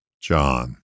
John